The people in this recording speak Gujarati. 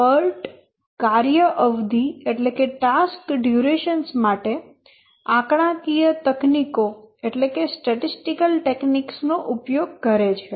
PERT કાર્ય અવધિ માટે આંકડાકીય તકનીકો નો ઉપયોગ કરે છે